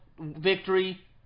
victory